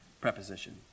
preposition